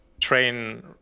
train